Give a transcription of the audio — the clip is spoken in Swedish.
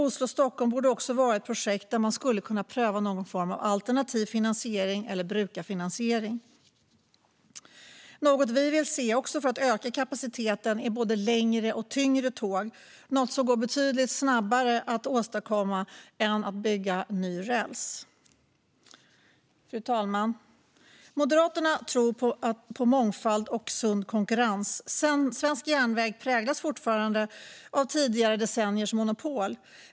Oslo-Stockholm borde också vara ett projekt där man skulle kunna pröva någon form av alternativ finansiering eller brukarfinansiering. Något vi också vill se för att öka kapaciteten är både längre och tyngre tåg, vilket går betydligt snabbare att åstadkomma än att bygga ny räls. Fru talman! Moderaterna tror på mångfald och sund konkurrens. Svensk järnväg präglas fortfarande av tidigare decenniers monopol.